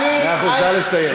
מאה אחוז, נא לסיים.